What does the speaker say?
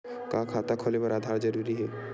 का खाता खोले बर आधार जरूरी हे?